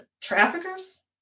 Traffickers